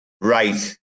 Right